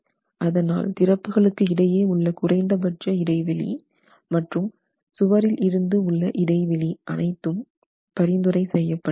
அதனால் திறப்புகளுக்கு இடையே உள்ள குறைந்தபட்ச இடைவெளி மற்றும் சுவரிலிருந்து உள்ள இடைவெளி அனைத்தும் பரிந்துரை செய்ய படுகிறது